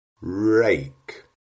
rake